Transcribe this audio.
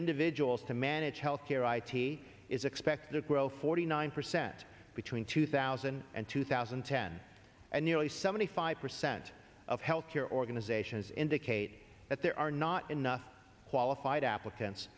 individuals to manage health care i t is expected to grow forty nine percent between two thousand and two thousand and ten and nearly seventy five percent of health care organizations indicated that there are not enough qualified applicants